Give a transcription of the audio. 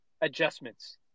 adjustments